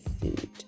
food